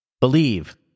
Believe